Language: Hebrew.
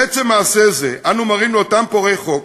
בעצם מעשה זה אנו מראים לאותם פורעי חוק